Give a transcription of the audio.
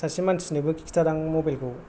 सासे मानसिनोबो खिन्थादों मबाइल खौ